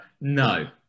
No